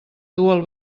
dur